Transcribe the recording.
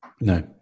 no